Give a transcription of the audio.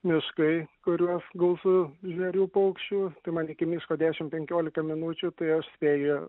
miškai kuriuos gausu žvėrių paukščių man iki miško dešim penkiolika minučių tai aš spėji